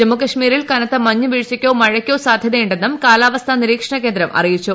ജൂമ്മുകാശ്മീരിൽ കനത്ത മഞ്ഞുവീഴ്ചയ്ക്കോ മഴയ്ക്കോ സാധൃത്യുണ്ടെന്നും കാലാവസ്ഥാ നീരിക്ഷണ കേന്ദ്രം അറിയിച്ചു